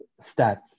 stats